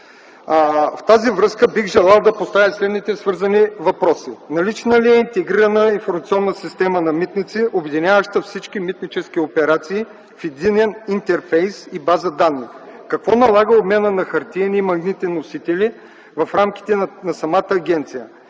В тази връзка бих желал да поставя следните свързани въпроси: Налична ли е интегрирана информационна система на „Митници”, обединяваща всички митнически операции в единен интерфейс и база данни? Какво налага обмяна на хартиен и магнитен носител в рамките на самата агенция?